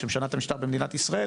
שמשנה את המשטר במדינת ישראל,